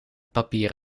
papier